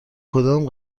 کدام